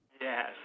Yes